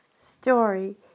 story